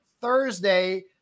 Thursday